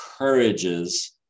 encourages